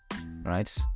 right